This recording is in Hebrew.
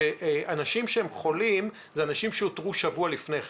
אנשים שהם חולים, הם אנשים שאותרו שבוע לפני כן.